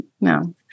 no